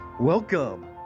welcome